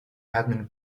admin